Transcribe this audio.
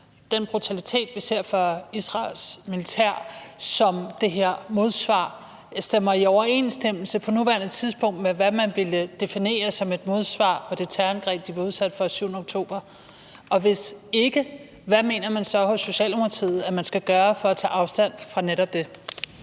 den brutalitet, vi ser fra Israels militærs side som et modsvar, på nuværende tidspunkt er i overensstemmelse med det, man ville definere som et modsvar på det terrorangreb, de var udsat for den 7. oktober? Og hvis ikke, hvad mener man så i Socialdemokratiet at man skal gøre for at tage afstand fra netop det?